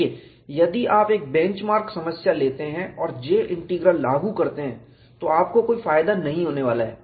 देखें यदि आप एक बेंच मार्क समस्या लेते हैं और J इंटीग्रल लागू करते हैं तो आपको कोई फायदा नहीं होने वाला है